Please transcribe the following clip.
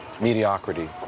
mediocrity